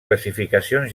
classificacions